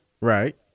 Right